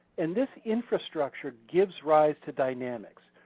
and this infrastructure gives rise to dynamics.